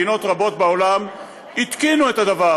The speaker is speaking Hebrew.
מדינות רבות בעולם התקינו את הדבר